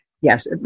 Yes